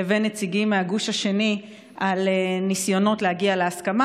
לבין נציגים מהגוש השני על ניסיונות להגיע להסכמה.